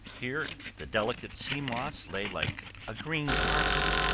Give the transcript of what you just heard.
here the delicate sea moss lay like a green carpet,